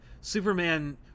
superman